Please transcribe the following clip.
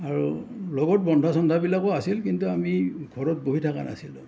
আৰু লগত বান্ধ চন্ধা বিলাকো আছিল কিন্তু আমি ঘৰত বহি থাকা নাছিলোঁ